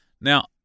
Now